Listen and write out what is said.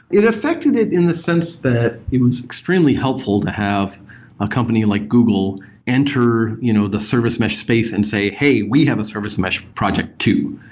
it affected it in the sense that it was extremely helpful to have a company like google enter you know the service mesh space and say, hey, hey, we have a service mesh project too.